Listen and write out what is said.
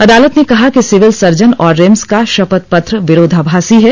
अदालत ने कहा कि सिविल सर्जन और रिम्स का शपथ पत्र विरोधाभासी है